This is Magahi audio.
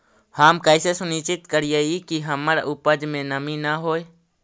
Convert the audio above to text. हम कैसे सुनिश्चित करिअई कि हमर उपज में नमी न होय?